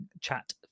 chat